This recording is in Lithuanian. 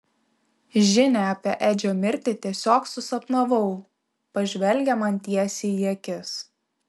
žinią apie edžio mirtį tiesiog susapnavau pažvelgia man tiesiai į akis